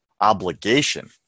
obligation